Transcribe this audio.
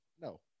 No